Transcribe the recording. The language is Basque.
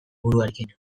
buruarekin